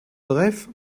bref